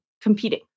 competing